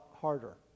harder